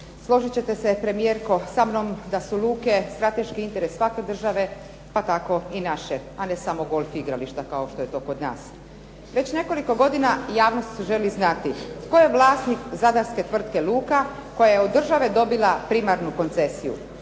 Složit ćete se premijerko sa mnom da su luke strateški interes svake države pa tako i naše, a ne samo golf igrališta kao što je to kod nas. Već nekoliko godina javnost želi znati, tko je vlasnik Zadarske tvrtke "Luka" koja je dobila od države primarnu koncesiju?